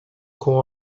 com